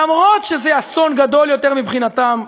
למרות שזה אסון גדול יותר מבחינתם,